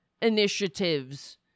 Initiatives